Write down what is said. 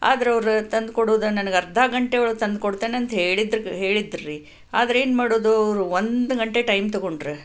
ಆದರೆ ಅವರು ತಂದು ಕೊಡೋದು ನನಗೆ ಅರ್ಧ ಗಂಟೆ ಒಳಗೆ ತಂದು ಕೊಡ್ತೇನಂತ ಹೇಳಿದ್ದರು ಹೇಳಿದ್ದರು ರೀ ಆದರೇನು ಮಾಡೋದು ಅವರು ಒಂದು ಗಂಟೆ ಟೈಮ್ ತಗೊಂಡ್ರು